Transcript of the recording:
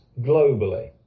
globally